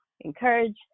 encourage